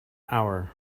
hour